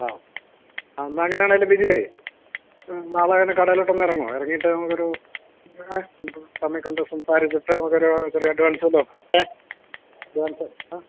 ആ എന്നാല് അങ്ങനെ ആണേല് ബിജുവേ നാളെത്തന്നെ കടയിലോട്ടൊന്നിറങ്ങുമോ ഇറങ്ങിയിട്ട് നമുക്കൊരു തമ്മില് കണ്ട് സംസാരിച്ചിട്ട് നമ്മുക്കൊരു ചെറിയ അഡ്വാൻസ് വല്ലതും ഏ അഡ്വാൻസ്